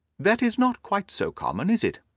that is not quite so common, is it?